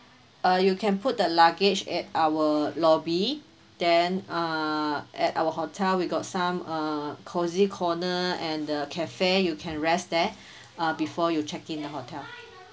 err you can put the luggage at our lobby then err at our hotel we got some err cozy corner and the cafe you can rest there err before you check in the hotel